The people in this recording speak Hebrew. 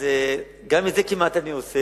אז גם את זה כמעט אני עושה,